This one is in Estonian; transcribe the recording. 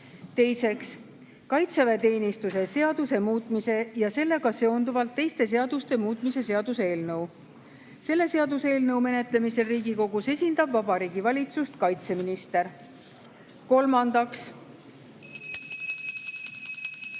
Teiseks, kaitseväeteenistuse seaduse muutmise ja sellega seonduvalt teiste seaduste muutmise seaduse eelnõu. Selle seaduseelnõu menetlemisel Riigikogus esindab Vabariigi Valitsust kaitseminister. (Sumin